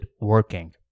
working